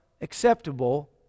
acceptable